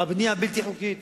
הבנייה הבלתי-חוקית",